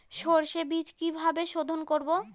সর্ষে বিজ কিভাবে সোধোন করব?